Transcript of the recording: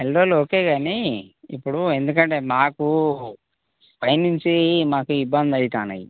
నెలరోలు okay కానీ ఇప్పుడు ఎందుకంటే నాకు పైనుంచి మాకు ఇబ్బంది అవుతాన్నాయి